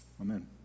Amen